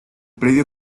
predio